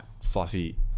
fluffy